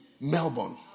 Melbourne